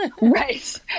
Right